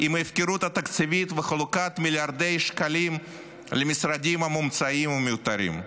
עם ההפקרות התקציבית וחלוקת מיליארדי שקלים למשרדים המומצאים והמיותרים.